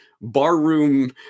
barroom